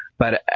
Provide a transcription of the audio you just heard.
but,